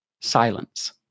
Silence